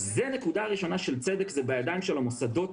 זו נקודה ראשונה של צדק, זה בידיים של המוסדות,